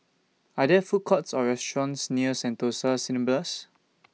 Are There Food Courts Or restaurants near Sentosa Cineblast